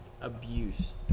Abuse